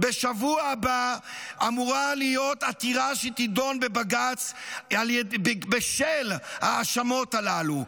בשבוע הבא אמורה להיות עתירה שתידון בבג"ץ בשל ההאשמות הללו,